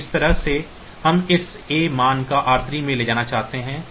तो इस तरह से हम इस A मान को r3 में ले जाना चाहते हैं